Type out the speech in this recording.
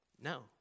no